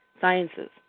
Sciences